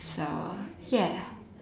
so ya